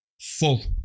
full